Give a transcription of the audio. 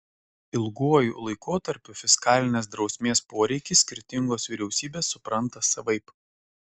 ilguoju laikotarpiu fiskalinės drausmės poreikį skirtingos vyriausybės supranta savaip